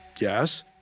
yes